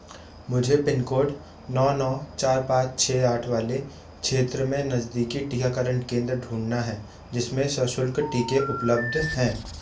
मुझे pin code नौ नौ चार पाँच छः आठ वाले क्षेत्र में नज़दीकी टीकाकरण केंद्र ढूँढना है जिसमें सःशुल्क टीके उपलब्ध हैं